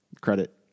credit